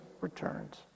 returns